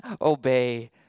obey